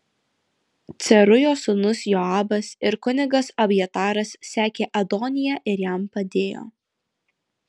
cerujos sūnus joabas ir kunigas abjataras sekė adoniją ir jam padėjo